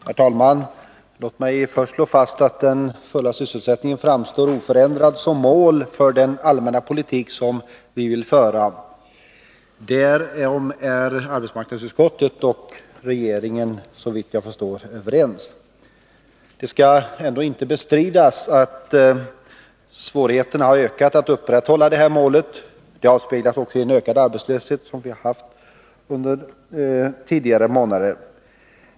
Herr talman! Låt mig först slå fast att den fulla sysselsättningen framstår oförändrat som mål för den allmänna politik som vi vill föra. Därom är arbetsmarknadsutskottet och regeringen, såvitt jag förstår, överens. Det skall ändå inte bestridas att svårigheterna har ökat att upprätthålla den målsättningen. Det avspeglas också i den öppna arbetslöshet som vi haft under tidigare månader.